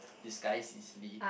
disguise easily